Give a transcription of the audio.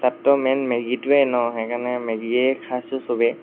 তাতটো মেইন মেগীটোৱেই ন সেইকাৰণে মেগীকে খাইছোঁ চবেই